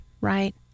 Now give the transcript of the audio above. Right